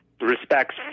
respects